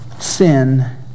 Sin